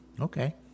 Okay